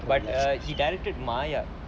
but err he directed maya